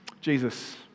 Jesus